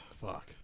Fuck